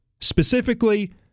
Specifically